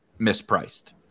mispriced